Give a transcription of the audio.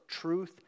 truth